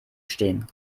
stehen